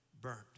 burned